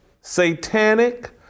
satanic